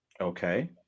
Okay